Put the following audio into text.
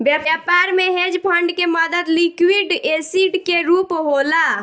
व्यापार में hedge fund के मदद लिक्विड एसिड के रूप होला